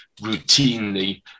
routinely